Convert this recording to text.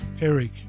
Eric